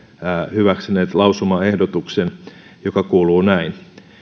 hyväksyneet lausumaehdotuksen joka kuuluu näin